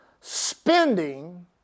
spending